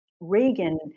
Reagan